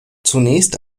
zunächst